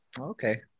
Okay